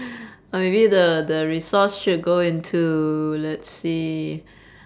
or maybe the the resource should go into let's see